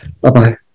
Bye-bye